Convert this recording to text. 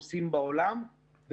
בעולם,